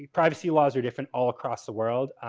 privacy laws are different all across the world,